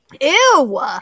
Ew